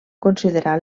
considerar